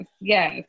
yes